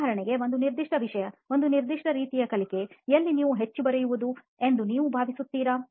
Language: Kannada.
ಉದಾಹರಣೆಗೆ ಒಂದು ನಿರ್ದಿಷ್ಟ ವಿಷಯ ಒಂದು ನಿರ್ದಿಷ್ಟ ರೀತಿಯ ಕಲಿಕೆ ಎಲ್ಲಿ ನೀವು ಹೆಚ್ಚು ಬರೆಯುವುದು ಎಂದು ನೀವು ಭಾವಿಸುತ್ತೀರಾ